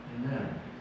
Amen